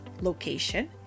location